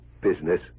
business